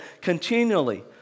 continually